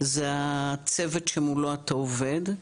זה הצוות שמולו אתה עובד.